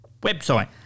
website